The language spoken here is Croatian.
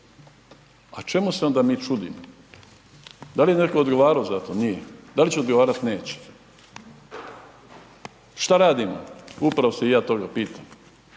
a čemu se onda mi čudimo? Da li je netko odgovarao za to? Nije. Da li će odgovarati? Neće. Šta radimo? Upravo se i ja toga pitam.